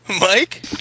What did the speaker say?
Mike